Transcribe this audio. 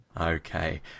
Okay